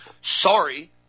sorry –